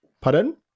Pardon